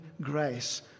grace